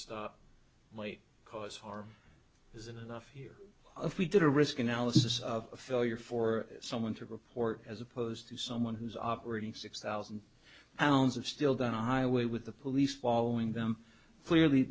stop might cause harm isn't enough here if we did a risk analysis of a failure for someone to report as opposed to someone who's operating six thousand pounds of still down a highway with the police following them clearly